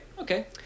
Okay